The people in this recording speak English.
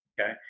Okay